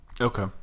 Okay